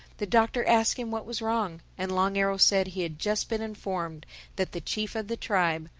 the doctor asked him what was wrong. and long arrow said he had just been informed that the chief of the tribe,